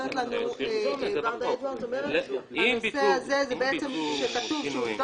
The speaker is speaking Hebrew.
אומרת לנו ורדה אדוארדס שכאשר כתוב: "מנהל העבודה